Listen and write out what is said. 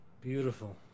Beautiful